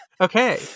okay